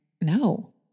no